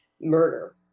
murder